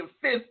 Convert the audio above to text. Fifth